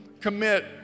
Commit